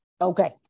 Okay